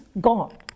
gone